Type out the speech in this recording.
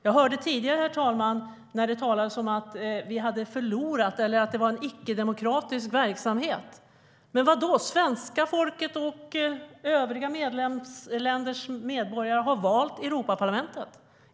Jag hörde tidigare, herr talman, att det talades om att vi hade förlorat och att detta är en icke-demokratisk verksamhet. Men vadå? Svenska folket och övriga medlemsländers medborgare har valt Europaparlamentet.